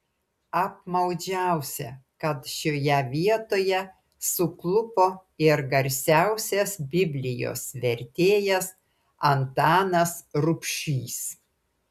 apmaudžiausia kad šioje vietoje suklupo ir garsiausias biblijos vertėjas antanas rubšys